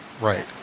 right